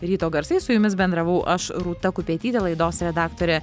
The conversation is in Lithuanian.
ryto garsai su jumis bendravau aš rūta kupetytė laidos redaktorė